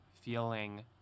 feeling